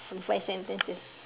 in five sentences